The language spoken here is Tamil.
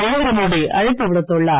நரேந்திரமோடி அழைப்பு விடுத்துள்ளார்